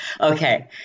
Okay